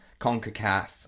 CONCACAF